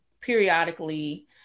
periodically